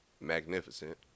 magnificent